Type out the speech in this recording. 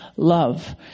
Love